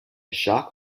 shock